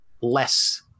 less